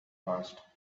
passed